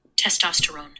Testosterone